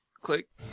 click